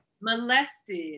molested